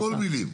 שקול מילים.